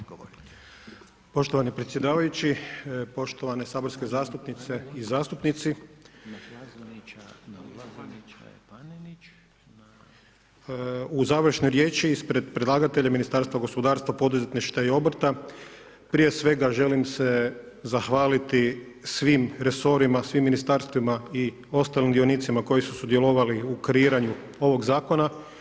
Poštovani predsjedavajući, poštovane saborske zastupnice i zastupnici, u završnoj riječi ispred predlagatelja Ministarstva gospodarstva, poduzetništva i obrta prije svega želim se zahvaliti svim resorima, svim Ministarstvima i ostalim dionicima koji su sudjelovali u kreiranju ovog Zakona.